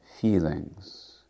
feelings